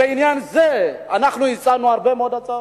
בעניין זה אנחנו הצענו הרבה מאוד הצעות.